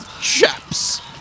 chaps